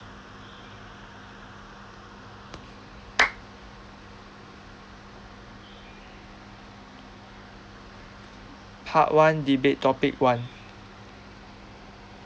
part one debate topic one